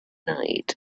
night